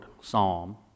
psalm